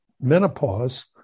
menopause